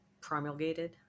promulgated